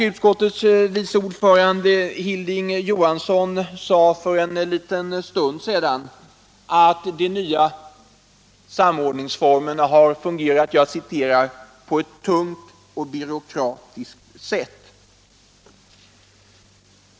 Utskottets vice ordförande, Hilding Johansson i Trollhättan, sade för en liten stund sedan att de nya samordningsformerna har fungerat ”på ett tungt och byråkratiskt sätt”.